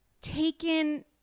taken